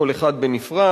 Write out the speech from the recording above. כל אחד בנפרד,